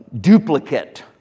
duplicate